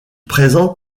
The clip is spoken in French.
présente